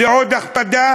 זה עוד הכבדה,